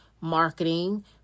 marketing